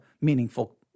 meaningful